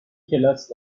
کلاس